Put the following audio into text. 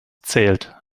zählt